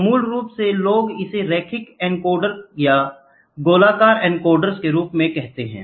तो मूल रूप से लोग इसे रैखिक एनकोडर और गोलाकार एन्कोडर्स के रूप में कहते हैं